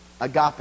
agape